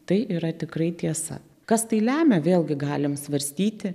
tai yra tikrai tiesa kas tai lemia vėl gi galim svarstyti